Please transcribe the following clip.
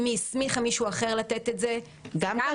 אם היא הסמיכה מישהו אחר לתת את זה, גם קביל.